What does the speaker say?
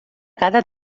cada